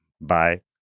Bye